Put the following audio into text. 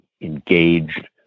engaged